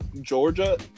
Georgia